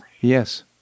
Yes